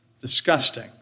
Disgusting